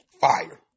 fire